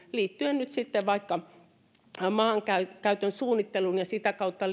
liittyen nyt sitten vaikka maankäytön suunnitteluun ja sitä kautta